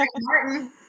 Martin